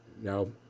no